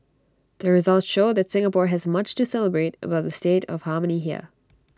the results show that Singapore has much to celebrate about the state of harmony here